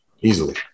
easily